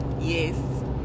Yes